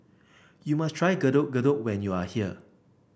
you must try Getuk Getuk when you are here